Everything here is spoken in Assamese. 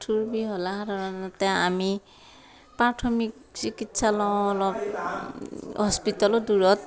আঁঠুৰ বিষ হ'লে সাধাৰণতে আমি প্ৰাথমিক চিকিৎসালয় হস্পিতেলো দূৰত